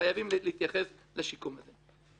וחייבים להתייחס לשיקום הזה.